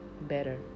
better